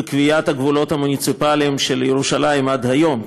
בקביעת הגבולות המוניציפליים של ירושלים עד היום,